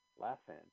Laughing